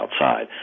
outside